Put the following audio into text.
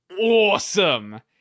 awesome